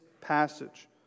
passage